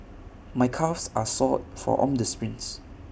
my calves are sore from all the sprints